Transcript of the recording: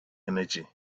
energy